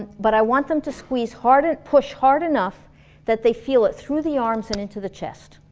but i want them to squeeze hard and push hard enough that they feel it through the arms and into the chest